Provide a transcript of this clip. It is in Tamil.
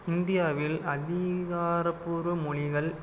இந்தியாவில் அதிகாரபூர்வ மொழிகள்